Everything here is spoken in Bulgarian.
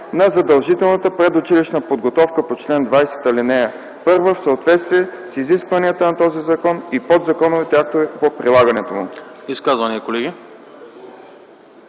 на задължителната предучилищна подготовка по чл. 20, ал. 1 в съответствие с изискванията на този закон и подзаконовите актове по прилагането му.”